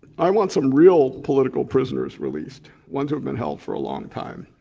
i want some real political prisoners released, one's who have been held for a long time.